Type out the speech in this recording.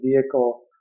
vehicle